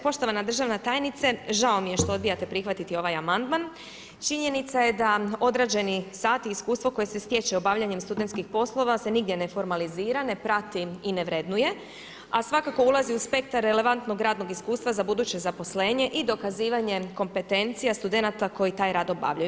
Poštovana državna tajnice, žao mi je što odbijate prihvatiti ovaj amandman, činjenica je da određeni sati i iskustvo koje se stječe obavljanjem studentskih poslova se nigdje ne formalizira, ne prati i ne vrednuje a svakako ulazi u spektar relevantnog radnog iskustva za buduće zaposlenje i dokazivanje kompetencija, studenata koji taj rad obavljaju.